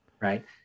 right